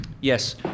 Yes